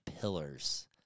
pillars